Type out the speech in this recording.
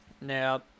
Now